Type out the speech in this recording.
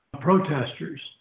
protesters